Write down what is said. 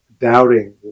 doubting